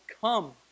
come